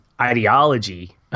ideology